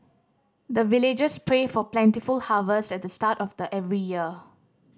the villagers pray for plentiful harvest at the start of the every year